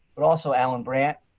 but also allen brandt,